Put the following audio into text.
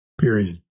Period